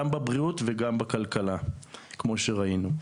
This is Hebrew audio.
גם בבריאות וגם בכלכלה כמו שראינו.